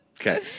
Okay